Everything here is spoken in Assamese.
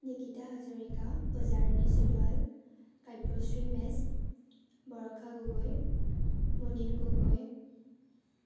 নিকিতা হাজৰিকা পূজা ৰাণী সোণোৱাল কাব্যশ্ৰী মেচ বৰষা গগৈ মুনীন গগৈ